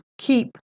keep